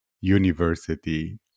University